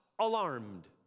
alarmed